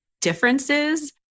differences